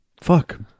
Fuck